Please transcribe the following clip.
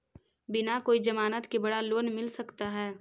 बिना कोई जमानत के बड़ा लोन मिल सकता है?